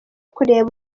kureba